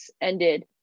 ended